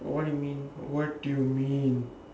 what do you mean what do you mean